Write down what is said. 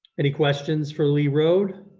any questions for lee road?